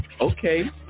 okay